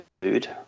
food